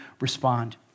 respond